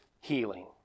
healing